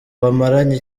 bamaranye